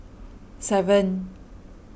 seven